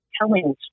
telling